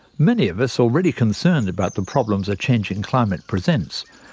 many of us, already concerned about the problems a changing climate presents,